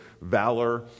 valor